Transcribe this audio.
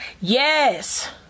Yes